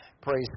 Praise